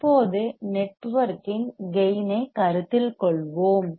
இப்போது நெட்வொர்க்கின் கேயின் ஐ கருத்தில் கொள்வோம்